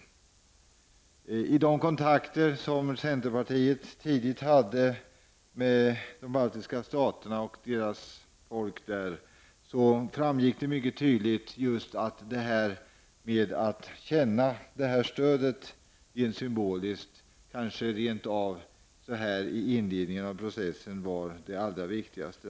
Av de kontakter som centerpartiet tidigt hade med de baltiska staterna och deras folk framgick mycket tydligt att det här att känna stödet är symboliskt viktigt och kanske i inledningen av processen rent av det allra viktigaste.